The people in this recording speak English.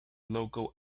local